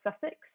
Sussex